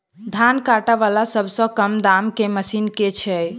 धान काटा वला सबसँ कम दाम केँ मशीन केँ छैय?